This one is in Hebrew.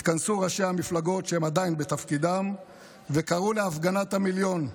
התכנסו ראשי המפלגות שעדיין בתפקידם וקראו להפגנת המיליון.